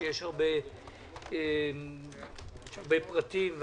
שיש בהן הרבה פרטים,